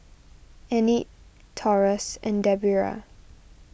Enid Taurus and Debera